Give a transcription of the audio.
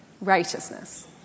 Righteousness